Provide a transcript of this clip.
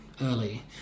early